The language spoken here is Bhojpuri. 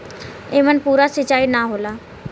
एमन पूरा सींचाई ना होला